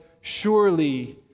surely